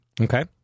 Okay